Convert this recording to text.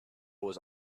was